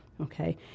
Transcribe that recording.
okay